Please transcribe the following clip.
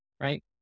right